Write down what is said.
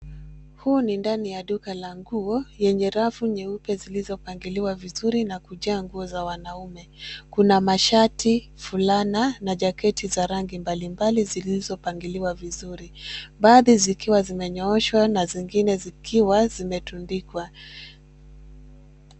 Huu ni ndani ya duka la nguo yenye rafu nyeupe zilizo pangiliwa vizuri na kujaa nguo za wanaume. Kuna mashati, fulana na jaketi za rangi mbali mbali zilizopangiliwa vizuri. Baadhi zikiwa zimenyooshwa na zingine zikiwa zimetundikwa.